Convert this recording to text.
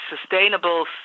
sustainable